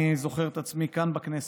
אני זוכר את עצמי כאן, בכנסת,